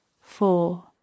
Four